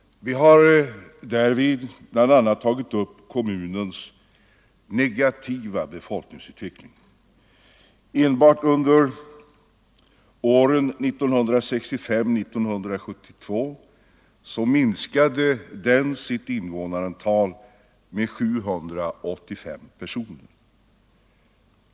Vi har därvid bl.a. tagit upp kommunens negativa befolkningsutveckling. Enbart under åren 1965-1972 minskade dess invånarantal med 785 personer.